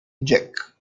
jack